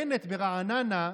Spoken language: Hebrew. בנט, ברעננה,